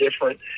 different